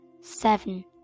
seven